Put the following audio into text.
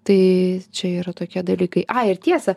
tai čia yra tokie dalykai ai ir tiesa